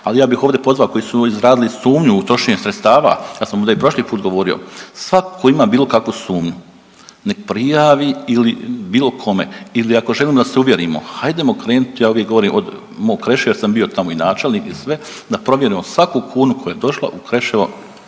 ali ja bih ovdje pozvao koji su izrazili sumnju u trošenje sredstava, ja sam ovdje i prošli put govorio, svatko tko ima bilo kakvu sumnju, nek prijavi ili bilo kome ili ako želim da se uvjerimo, hajdemo krenuti, ja uvijek govorim, od mog Kreševa jer sam bio tamo i načelnik i sve, da provjerimo svaku kunu koja je došla u Kreševo